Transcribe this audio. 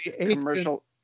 commercial